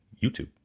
YouTube